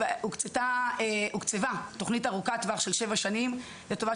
הוקצבה תוכנית ארוכת טווח של שבע שנים לטובת